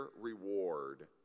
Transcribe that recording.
reward